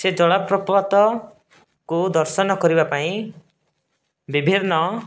ସେ ଜଳପ୍ରପାତକୁ ଦର୍ଶନ କରିବା ପାଇଁ ବିଭିନ୍ନ